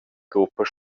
gruppa